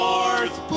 North